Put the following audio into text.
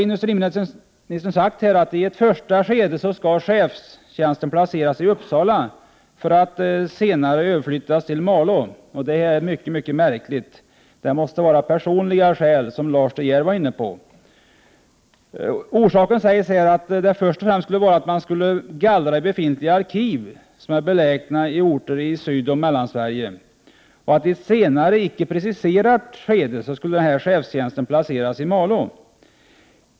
Industriministern har sagt att chefstjänsten i ett första skede skall placeras i Uppsala för att senare överflyttas till Malå, vilket är mycket märkligt. Det måste finnas personliga skäl bakom detta, som Lars De Geer sade. Det sägs att orsaken till detta främst skulle vara att det i ett första skede av uppbyggnaden av det centrala borrkärnearkivet ingår gallring i befintliga arkiv som är belägna i orter i Sydoch Mellansverige. I ett senare, icke preciserat, skede skulle chefstjänsten placeras i Malå.